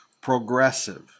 progressive